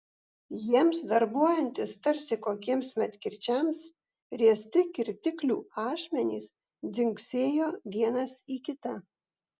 jiems darbuojantis tarsi kokiems medkirčiams riesti kirtiklių ašmenys dzingsėjo vienas į kitą